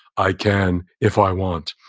i can if i want,